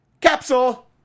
capsule